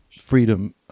freedom